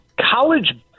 college